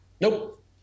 Nope